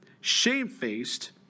shamefaced